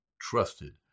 trusted